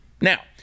Now